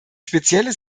spezielle